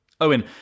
Owen